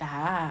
tak